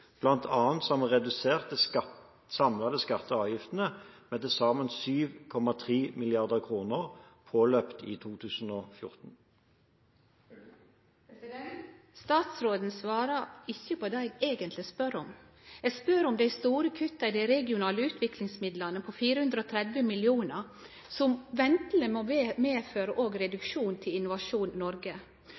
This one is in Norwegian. har vi redusert de samlede skatter og avgifter med til sammen 7,3 mrd. kr påløpt i 2014. Statsråden svarar ikkje på det eg eigentleg spør om. Eg spør om dei store kutta i dei regionale utviklingsmidlane på 430 mill. kr som venteleg òg må medføre reduksjon til Innovasjon Noreg.